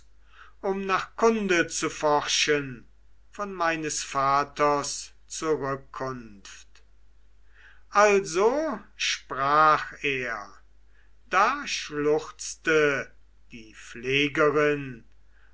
um nach kunde zu forschen von meines vaters zurückkunft also sprach er da schluchzte die pflegerin